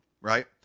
Right